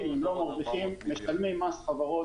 או לא מרוויחים משלמים מס חברות,